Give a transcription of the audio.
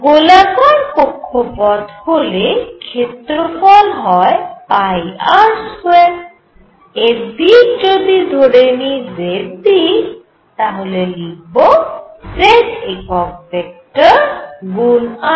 গোলাকার কক্ষপথ হলে ক্ষেত্রফল হয় R2 এর দিক যদি ধরে নিই z দিক তাহলে লিখব z একক ভেক্টর গুন I